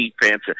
defense